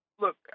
look